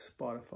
Spotify